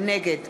נגד